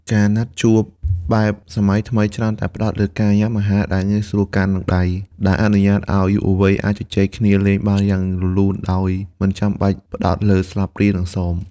ការណាត់ជួបបែបសម័យថ្មីច្រើនតែផ្ដោតលើការញ៉ាំអាហារដែលងាយស្រួលកាន់នឹងដៃ ដែលអនុញ្ញាតឱ្យយុវវ័យអាចជជែកគ្នាលេងបានយ៉ាងរលូនដោយមិនបាច់ផ្ដោតលើស្លាបព្រានិងសម។